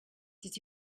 did